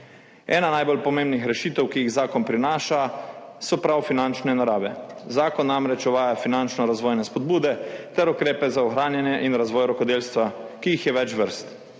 Ena najbolj pomembnih rešitev, ki jih prinaša zakon, je prav finančne narave. Zakon namreč uvaja finančno-razvojne spodbude ter ukrepe za ohranjanje in razvoj rokodelstva, ki jih je več vrst.